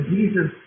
Jesus